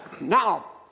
Now